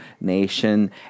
nation